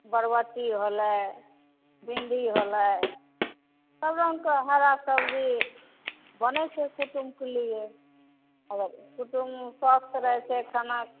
बरबट्टी होलै भिण्डी होलै सब रङ्गके हरा सब्जी बनै छै कुटुम्बके लिए हौवा कुटुम्ब स्वस्थ रहै छै खाना